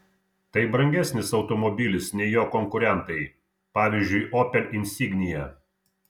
tai brangesnis automobilis nei jo konkurentai pavyzdžiui opel insignia